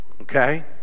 okay